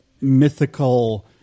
mythical